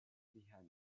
bihan